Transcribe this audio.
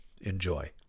Enjoy